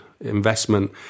investment